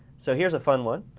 so here's a fun one.